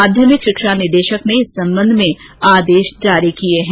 माध्यमिक शिक्षा निदेशक ने इस संबंध मे आदेशे जारी किये है